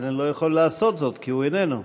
אבל אני לא יכול לעשות זאת כי הוא איננו.